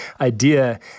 idea